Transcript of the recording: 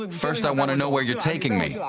ah first i want to know where you're taking me!